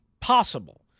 possible